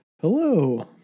Hello